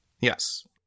Yes